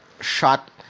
shot